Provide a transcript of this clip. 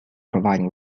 providing